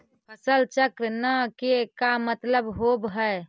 फसल चक्र न के का मतलब होब है?